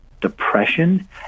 depression